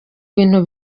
bintu